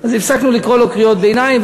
אז הפסקנו לקרוא לו קריאות ביניים.